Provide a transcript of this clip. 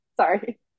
sorry